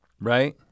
right